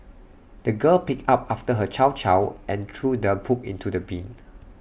the girl picked up after her chow chow and threw the poop into the bin